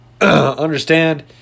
understand